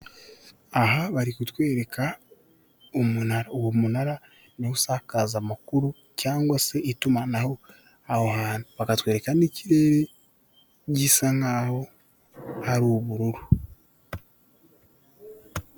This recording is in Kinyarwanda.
Aha bari kutwereka umunara, uwo munara niwo usakaza amakuru, cyangwa se itumanaho aho hantu, bakatwereka n'ikirere gisa nk'aho ari ubururu.